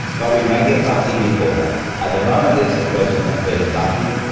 but we may get lucky before that. at the moment it's a question of being lucky.